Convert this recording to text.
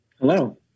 Hello